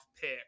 pick